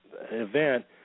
event